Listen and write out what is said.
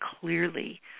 clearly